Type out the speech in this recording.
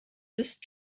ist